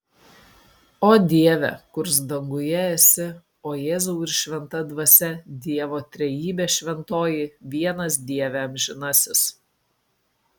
o dieve kurs danguje esi o jėzau ir šventa dvasia dievo trejybe šventoji vienas dieve amžinasis